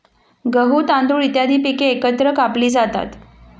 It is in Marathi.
गहू, तांदूळ इत्यादी पिके एकत्र कापली जातात